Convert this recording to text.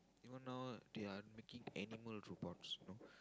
even now they are making animal robots know